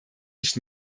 nicht